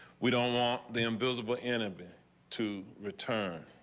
we don't want them visible in and but to return.